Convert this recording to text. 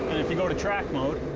if you go to track mode.